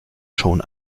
schon